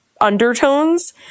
Undertones